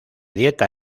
dieta